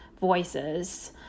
voices